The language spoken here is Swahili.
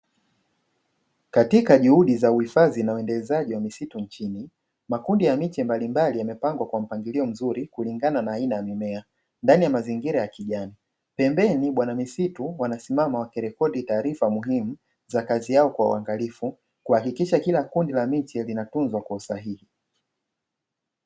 Katika juhudi za uhifadhi na uendelezaji wa misitu nchini makundi ya miche mbalimbali yamepangwa kwa mpangilio mzuri kulingana na aina ya mimea ndani ya mazingira ya kijani pembeni bwana misitu wanasimama wakirekodi taarifa muhimu za kazi yao kwa waangalifu kuhakikisha kila kundi la miti linatunzwa kwa usahihi.